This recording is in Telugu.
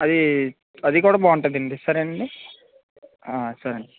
అది అదికూడా బాగుంటుంది అండి సరేను అండి ఆ సరే అండి